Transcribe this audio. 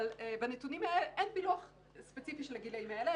אבל בנתונים האלה אין פילוח ספציפי של הגילאים האלה,